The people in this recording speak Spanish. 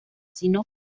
sino